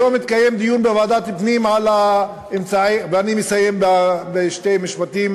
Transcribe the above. היום התקיים דיון בוועדת הפנים ואני מסיים בשני משפטים,